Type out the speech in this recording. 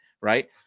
Right